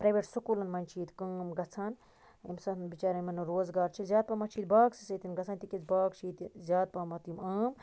private سوٚکوٗلَن مَنٛز چھ ییٚتہِ کٲم گَژھان امہِ حِساب بِچاریٚن یِمَن نہٕ روزگار چھُ زیادٕ پہمَت چھِ ییٚتہِ باغسے سۭتۍ گَژھان تکیاز باغ چھ ییٚتہِ زیاد پَہمَت یِم عام